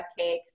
cupcakes